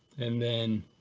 and then